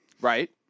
Right